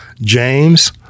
James